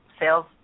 sales